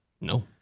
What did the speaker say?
No